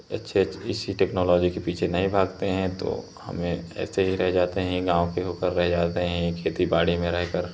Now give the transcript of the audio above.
अच्छे अच्छे इसी टेक्नॉलोजी के पीछे नहीं भागते हैं तो हमें ऐसे ही रह जाते हैं गाँव के होकर रह जाते हैं खेती बाड़ी में रह कर